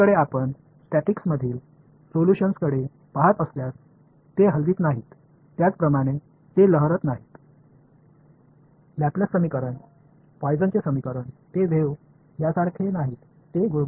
மறுபுறம் நீங்கள் ஸ்டாடிக்ஸ் உள்ள தீர்வுகளைப் பார்த்தால் அவை மென்மையான தீர்வுகள் தெரியும் அவை அலை அல்ல லாப்லேஸ் சமன்பாடு பாய்சனின் Poisson's சமன்பாடு அவை மென்மையானவை அலை போல இல்லை